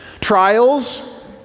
Trials